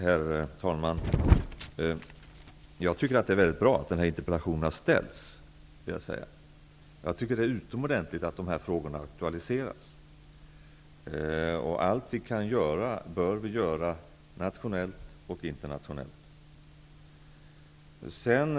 Herr talman! Jag tycker att det är mycket bra att den här interpellationen har ställts. Det är utomordentligt att dessa frågor aktualiseras. Vi bör göra allt vi kan nationellt och internationellt för att lösa dessa frågor.